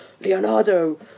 Leonardo